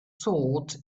sword